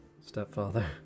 stepfather